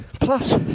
plus